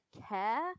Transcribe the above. care